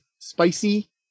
spicy